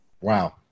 Wow